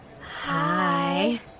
hi